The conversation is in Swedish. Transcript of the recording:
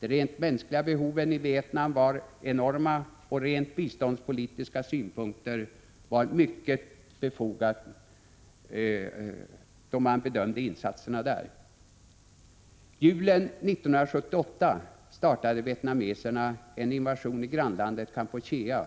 De rent mänskliga behoven i Vietnam var enorma, och från rent biståndspolitiska synpunkter var det mycket befogat med insatser där. Julen 1978 startade vietnameserna en invasion i grannlandet Kampuchea.